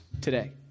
today